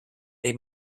they